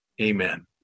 Amen